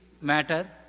matter